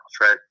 right